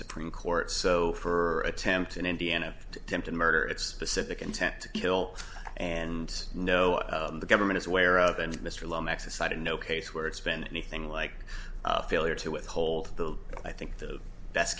supreme court so for attempt in indiana to attempted murder it's pacific intent to kill and know the government is aware of and mr lomax decided no case where it's been anything like a failure to withhold the i think the best